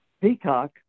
Peacock